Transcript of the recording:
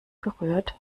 berührt